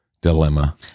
dilemma